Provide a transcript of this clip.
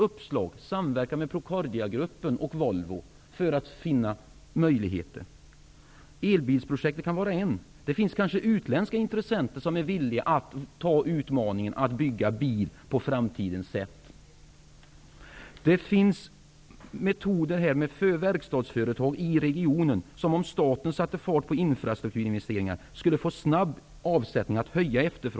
Samverkan mellan Procordiagruppen och Volvo för att finna möjligheter är ett uppslag. Ett annat kan vara elbilsprojektet. Det kanske finns utländska intressenter som är villiga att anta utmaningen att bygga bil på framtidens sätt. Det finns verkstadsföretag i regionen som, om staten satte fart på infrastrukturinvesteringar, skulle få ökad efterfrågan och snabb avsättning.